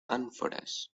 ánforas